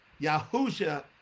Yahusha